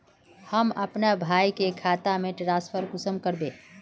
हम अपना भाई के खाता में ट्रांसफर कुंसम कारबे?